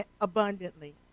abundantly